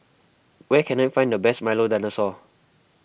where can I find the best Milo Dinosaur